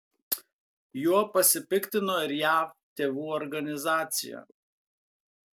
juo pasipiktino ir jav tėvų organizacija